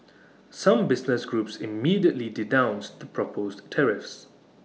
some business groups immediately denounced the proposed tariffs